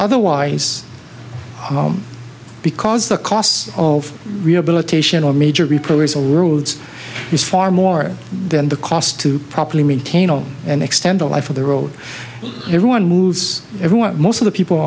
otherwise because the costs of rehabilitation or major repairs a worlds is far more than the cost to properly maintain all and extend the life of the road everyone moves everyone most of the people